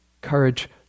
Courage